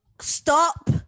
Stop